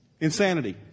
Insanity